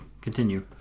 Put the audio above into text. continue